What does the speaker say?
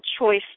choice